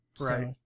Right